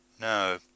No